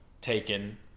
taken